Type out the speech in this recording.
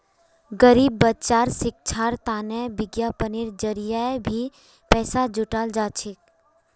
गरीब बच्चार शिक्षार तने विज्ञापनेर जरिये भी पैसा जुटाल जा छेक